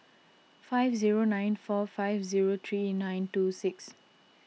five zero nine four five zero three nine two six